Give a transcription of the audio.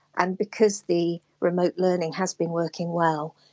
and because the remote learning has been working well!